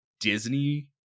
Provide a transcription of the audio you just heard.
Disney